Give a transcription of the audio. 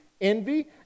envy